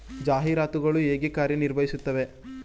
ಜಾಹೀರಾತುಗಳು ಹೇಗೆ ಕಾರ್ಯ ನಿರ್ವಹಿಸುತ್ತವೆ?